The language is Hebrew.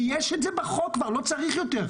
כי יש את זה בחוק כבר, לא צריך יותר.